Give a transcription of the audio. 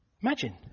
Imagine